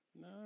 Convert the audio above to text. No